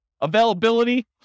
Availability